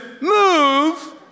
move